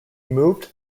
moved